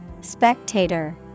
Spectator